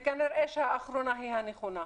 וכנראה שהאחרונה היא הנכונה.